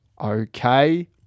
okay